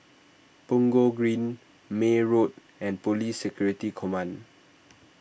Punggol Green May Road and Police Security Command